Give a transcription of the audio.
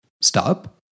Stop